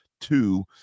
Two